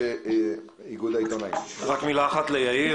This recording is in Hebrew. יאיר,